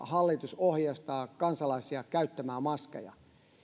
hallitus ohjeistaa kansalaisia käyttämään maskeja